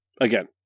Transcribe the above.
Again